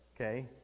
okay